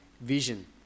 vision